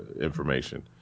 information